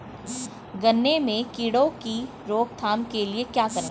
गन्ने में कीड़ों की रोक थाम के लिये क्या करें?